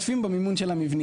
אנחנו משתתפים במימון של המבנים.